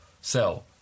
sell